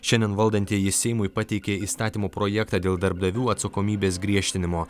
šiandien valdantieji seimui pateikė įstatymo projektą dėl darbdavių atsakomybės griežtinimo